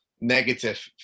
negative